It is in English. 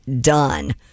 done